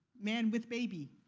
man with baby.